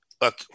look